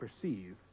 perceive